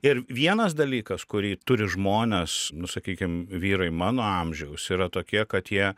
ir vienas dalykas kurį turi žmonės nu sakykim vyrai mano amžiaus yra tokie kad jie